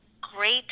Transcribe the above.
great